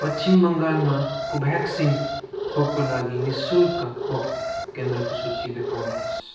पश्चिम बङ्गालमा कोभ्याक्सिन खोपको लागि निःशुल्क खोप केन्द्रको सूची देखाउनुहोस्